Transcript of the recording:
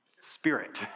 spirit